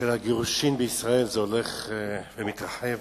מספר הגירושים בישראל הולך ומתרחב